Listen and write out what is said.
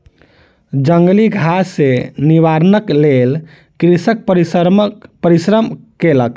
जंगली घास सॅ निवारणक लेल कृषक परिश्रम केलक